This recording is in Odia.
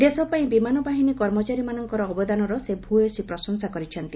ଦେଶପାଇଁ ବିମାନ ବାହିନୀ କର୍ମଚାରୀମାନଙ୍କ ଅବଦାନର ସେ ଭ୍ୟସୀ ପ୍ରଶଂସା କରିଛନ୍ତି